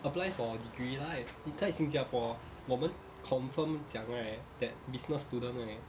apply for degree right 你在新加坡我们 confirm 讲 right that business students right